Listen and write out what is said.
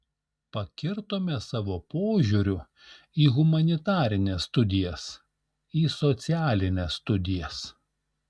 pakirtome savo požiūriu į humanitarines studijas į socialines studijas